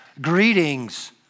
greetings